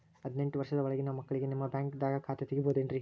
ಹದಿನೆಂಟು ವರ್ಷದ ಒಳಗಿನ ಮಕ್ಳಿಗೆ ನಿಮ್ಮ ಬ್ಯಾಂಕ್ದಾಗ ಖಾತೆ ತೆಗಿಬಹುದೆನ್ರಿ?